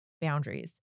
boundaries